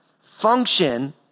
Function